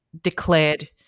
declared